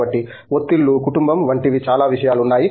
కాబట్టి ఒత్తిళ్లు కుటుంబం వంటివి చాలా విషయాలు ఉన్నాయి